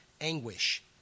anguish